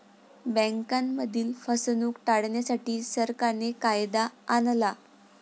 बँकांमधील फसवणूक टाळण्यासाठी, सरकारने कायदा आणला